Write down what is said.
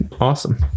Awesome